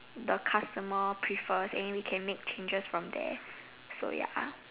the customer prefer and we then we can make changes from there